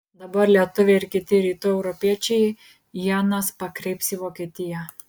dabar lietuviai ir kiti rytų europiečiai ienas pakreips į vokietiją